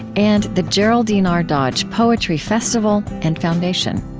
and the geraldine r. dodge poetry festival and foundation